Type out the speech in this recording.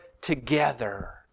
together